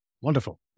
Wonderful